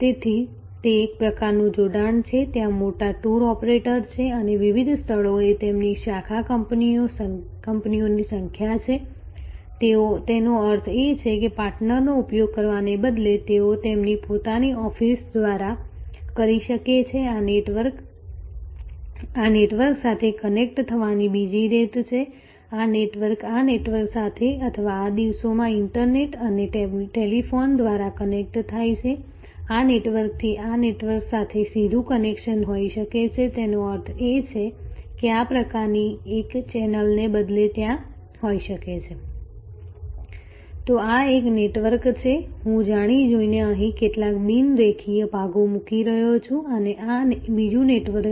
તેથી તે એક પ્રકારનું જોડાણ છે ત્યાં મોટા ટૂર ઓપરેટરો છે અને વિવિધ સ્થળોએ તેમની શાખા કચેરીઓની સંખ્યા છે તેનો અર્થ એ કે પાર્ટનરનો ઉપયોગ કરવાને બદલે તેઓ તેમની પોતાની ઓફિસ દ્વારા કરી શકે છે આ નેટવર્ક આ નેટવર્ક સાથે કનેક્ટ થવાની બીજી રીત છે આ નેટવર્ક આ નેટવર્ક સાથે અથવા આ દિવસોમાં ઇન્ટરનેટ અને ટેલિફોન દ્વારા કનેક્ટ થાય છે આ નેટવર્કથી આ નેટવર્ક સાથે સીધું કનેક્શન હોઈ શકે છે તેનો અર્થ એ કે આ પ્રકારની એક ચેનલને બદલે ત્યાં હોઈ શકે છે તો આ એક નેટવર્ક છે હું જાણી જોઈને અહીં કેટલાક બિન રેખીય ભાગો મૂકી રહ્યો છું અને આ બીજું નેટવર્ક છે